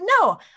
no